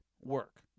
work